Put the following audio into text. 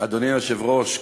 אבישי ברוורמן,